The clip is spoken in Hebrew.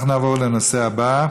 אנחנו נעבור לנושא הבא,